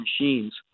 machines